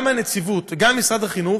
גם מהנציבות וגם ממשרד החינוך,